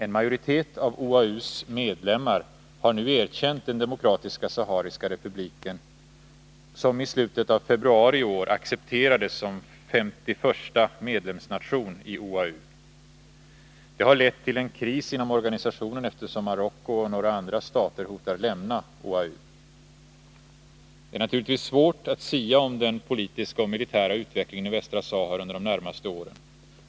En majoritet av OAU:s medlemmar har nu erkänt Demokratiska sahariska republiken, som i slutet av februari i år accepterades som S1:a medlemsnation i OAU. Det har lett till en kris inom organisationen, eftersom Marocko och några andra stater hotar lämna OAU. Det är naturligtvis svårt att sia om den politiska och militära utvecklingen i Västra Sahara under de närmaste åren.